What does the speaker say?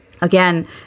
again